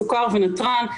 סוכר ונתרן.